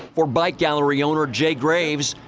for bike gallery owner jay graves,